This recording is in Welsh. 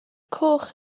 coch